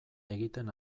egiten